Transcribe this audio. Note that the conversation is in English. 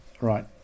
right